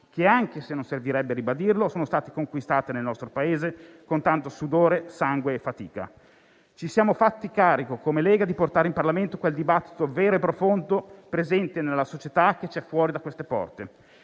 che, anche se non servirebbe a ribadirlo, sono state conquistate nel nostro Paese con tanto sudore, sangue e fatica. Noi della Lega ci siamo fatti carico di portare in Parlamento quel dibattito vero e profondo, presente nella società e che c'è fuori da queste porte,